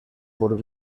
por